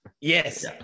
Yes